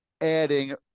adding